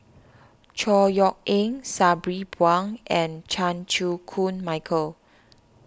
Chor Yeok Eng Sabri Buang and Chan Chew Koon Michael